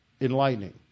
enlightening